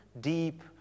deep